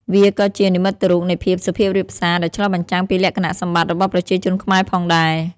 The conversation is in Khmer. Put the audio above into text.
វាក៏ជា និមិត្តរូបនៃភាពសុភាពរាបសារ ដែលឆ្លុះបញ្ចាំងពីលក្ខណៈសម្បត្តិរបស់ប្រជាជនខ្មែរផងដែរ។